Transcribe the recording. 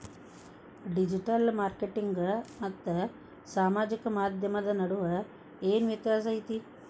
digital marketing ಮತ್ತ ಸಾಮಾಜಿಕ ಮಾಧ್ಯಮದ ನಡುವ ಏನ್ ವ್ಯತ್ಯಾಸ ಐತಿ